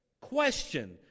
Question